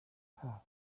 passed